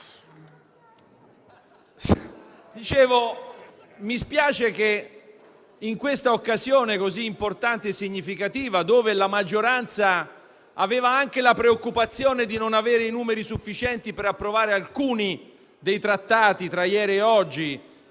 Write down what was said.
dispiace che in questa occasione così importante, in cui la maggioranza aveva anche la preoccupazione di non avere i numeri sufficienti per approvare alcuni dei Trattati, tra ieri e oggi,